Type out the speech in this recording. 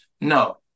No